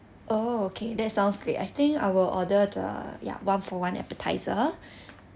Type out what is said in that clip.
oh okay that sounds great I think I will order the ya one for one appetizer